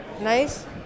nice